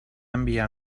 enviar